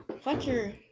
Fletcher